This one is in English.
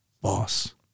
Boss